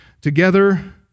together